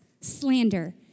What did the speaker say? slander